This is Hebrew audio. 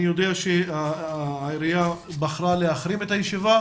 אני יודע שהעירייה בחרה להחרים את הישיבה.